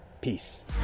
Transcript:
Peace